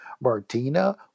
Martina